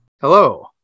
Hello